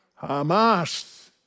Hamas